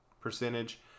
percentage